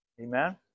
Amen